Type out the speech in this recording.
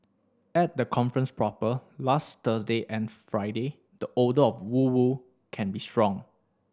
at the conference proper last Thursday and Friday the odour of woo woo can be strong